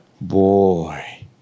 Boy